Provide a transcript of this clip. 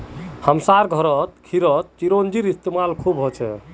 हमसार घरत खीरत चिरौंजीर इस्तेमाल खूब हछेक